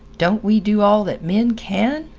don't we do all that men can?